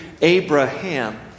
Abraham